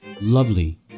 lovely